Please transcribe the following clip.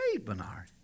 Bernard